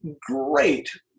great